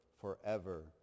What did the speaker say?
forever